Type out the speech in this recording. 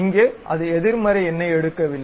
இங்கே அது எதிர்மறை எண்ணை எடுக்கவில்லை